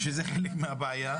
שזה חלק מהבעיה.